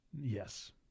Yes